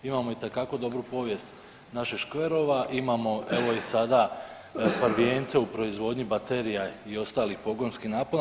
Imamo itekako dobru povijest naših škverova, imamo evo i sada i prvijence u proizvodnji baterija i ostalih pogonskih napona.